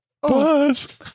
Buzz